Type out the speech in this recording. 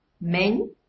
men